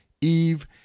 Eve